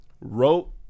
wrote